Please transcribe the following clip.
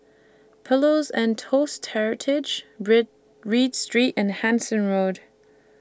Pillows and Toast Heritage Bread Read Street and Hansen Road